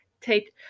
take